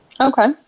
Okay